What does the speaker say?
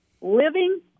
living